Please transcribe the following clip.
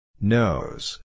Nose